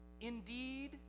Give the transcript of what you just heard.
indeed